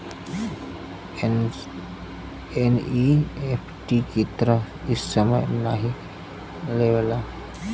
NEFT की तरह इ समय नाहीं लेवला